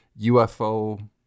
UFO